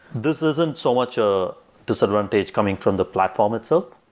this isn't so much a disadvantage coming from the platform itself,